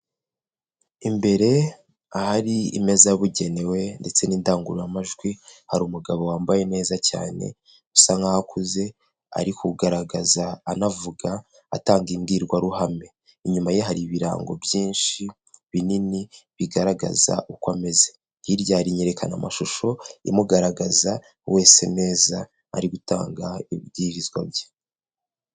Imbere ahari imeza yabugenewe ndetse n'indangururamajwi, hari umugabo wambaye neza cyane usa nk'aho akuze ari kugaragaza anavuga atanga imbwirwaruhame, inyuma ye hari ibirango byinshi binini bigaragaza uko ameze, hirya hari inyerekana amashusho imugaragaza wese neza, ari gutanga ibibwirizwa bye.